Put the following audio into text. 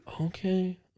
Okay